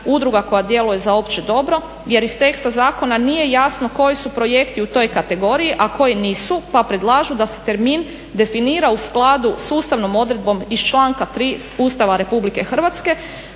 udruga koja djeluje za opće dobro jer iz teksta zakona nije jasno koji su projekti u toj kategoriji a koji nisu. Pa predlažu da se termin definira u skladu sa ustavnom odredbom iz članka 3. Ustava Republike Hrvatske,